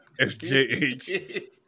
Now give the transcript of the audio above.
SJH